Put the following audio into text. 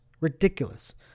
Ridiculous